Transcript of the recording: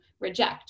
reject